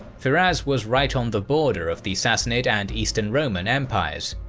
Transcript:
firaz was right on the border of the sassanid and eastern roman empires.